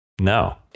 No